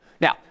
Now